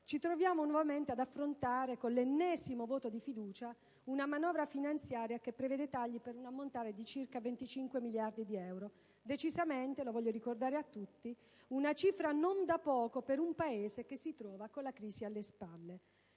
ci troviamo nuovamente ad affrontare con l'ennesimo voto di fiducia una manovra finanziaria che prevede tagli per un ammontare di circa 25 miliardi di euro. Si tratta decisamente di una cifra non da poco per un Paese che si trova con la crisi alle spalle.